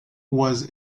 was